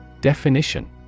Definition